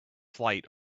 flight